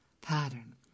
pattern